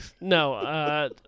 No